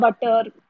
butter